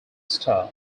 star